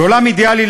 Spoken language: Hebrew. בעולם אידיאלי,